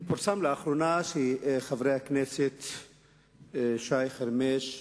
פורסם לאחרונה שחברי הכנסת שי חרמש,